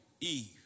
Eve